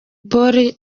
polly